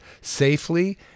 safely